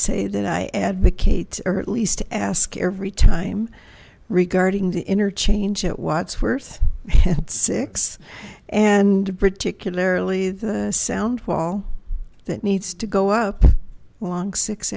say that i advocate or at least ask every time regarding the interchange at watts worth at six and particularly the sound wall that needs to go up along six